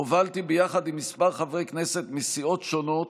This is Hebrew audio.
הובלתי ביחד עם כמה חברי כנסת מסיעות שונות